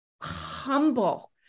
humble